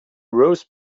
roast